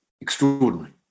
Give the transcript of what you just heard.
extraordinary